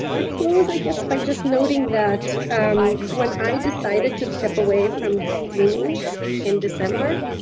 i'll close, i guess, by just noting that when i decided to step away from deaning in december,